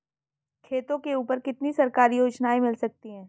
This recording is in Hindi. खेतों के ऊपर कितनी सरकारी योजनाएं मिल सकती हैं?